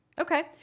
Okay